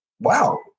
wow